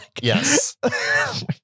Yes